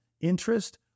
interest